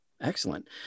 excellent